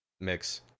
Mix